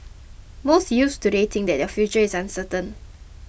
most youths today think that their future is uncertain